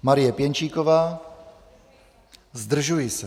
Marie Pěnčíková: Zdržuji se.